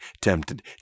tempted